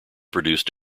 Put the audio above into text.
produce